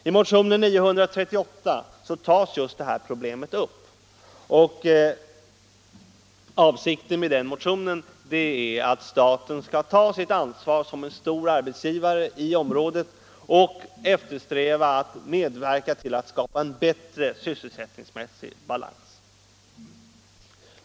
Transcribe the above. I motionen 938 tas just detta problem upp. Avsikten med motionen är att staten skall ta sitt ansvar som stor arbetsgivare i området och medverka till att skapa en bättre sysselsättningsmässig balans.